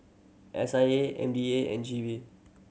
S I A M D A and G V